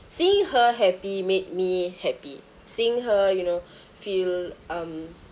see her happy made me happy seeing her you know feel um